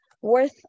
worth